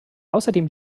außerdem